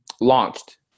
launched